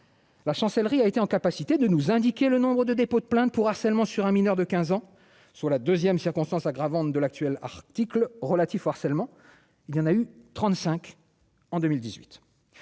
La chancellerie a été en capacité de nous indiquer le nombre de dépôts de plainte pour harcèlement sur un mineur de 15 ans sur la 2ème, circonstance aggravante de l'actuel articles relatifs au harcèlement il y en a eu 35 en 2018,